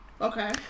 Okay